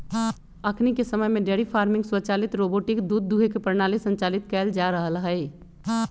अखनिके समय में डेयरी फार्मिंग स्वचालित रोबोटिक दूध दूहे के प्रणाली संचालित कएल जा रहल हइ